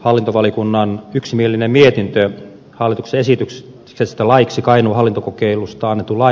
hallintovaliokunnan yksimielinen mietintö hallituksen esityksestä laiksi kainuun hallintokokeilusta annetun lain muuttamisesta